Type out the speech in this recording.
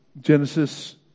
Genesis